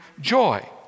joy